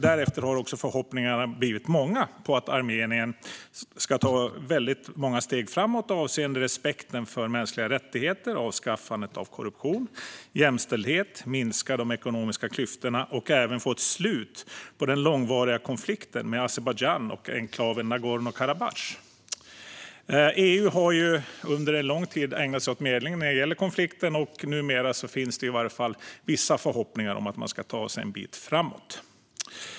Därefter har förhoppningarna varit många på att Armenien ska ta väldigt många steg framåt avseende respekten för mänskliga rättigheter, avskaffandet av korruption, jämställdhet och minskande av de ekonomiska klyftorna samt när det gäller att få ett slut på den långvariga konflikten med Azerbajdzjan rörande enklaven Nagorno-Karabach. EU har under lång tid ägnat sig åt medling i konflikten, och numera finns det i varje fall vissa förhoppningar om att man ska ta sig en bit framåt.